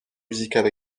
musicale